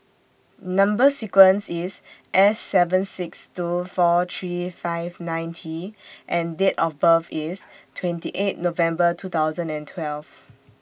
Number sequence IS S seven six two four three five nine T and Date of birth IS twenty eight November two thousand and twelve